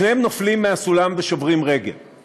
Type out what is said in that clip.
שני עובדים עולים על סולם כדי להוריד משהו מהמדף העליון במקום עבודתם.